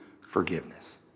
forgiveness